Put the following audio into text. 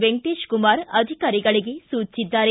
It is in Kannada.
ವೆಂಕಟೇಶಕುಮಾರ ಅಧಿಕಾರಿಗಳಿಗೆ ಸೂಚಿಸಿದ್ದಾರೆ